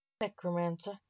necromancer